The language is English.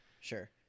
sure